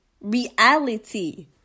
reality